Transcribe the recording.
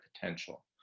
potential